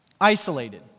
isolated